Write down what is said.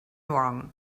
wrong